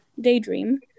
daydream